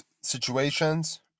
situations